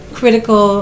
critical